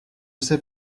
sais